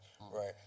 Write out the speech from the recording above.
right